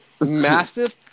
massive